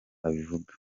babivuga